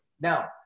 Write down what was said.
now